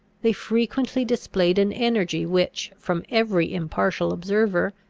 they frequently displayed an energy which, from every impartial observer,